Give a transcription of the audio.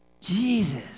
Jesus